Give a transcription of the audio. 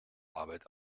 arbeit